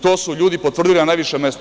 To su ljudi potvrdili na najvišem mestu.